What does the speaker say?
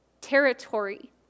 territory